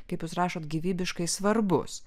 kaip jūs rašote gyvybiškai svarbus